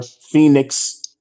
Phoenix